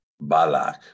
Balak